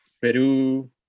Peru